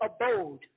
abode